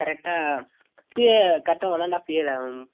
கரெக்டாக டூ கரெக்டாக one and half year ஆகும்